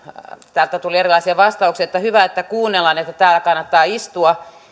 täältä tuli erilaisia vastauksia että hyvä että kuunnellaan ja että täällä kannattaa istua